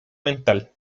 mental